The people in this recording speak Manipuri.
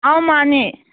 ꯑꯥꯎ ꯃꯥꯅꯦ